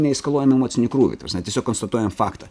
neeskaluojam emocinį krūvį ta prasme tiesiog konstatuojam faktą